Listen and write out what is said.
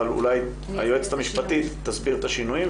אבל היועצת המשפטית תסביר את השינויים,